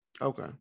Okay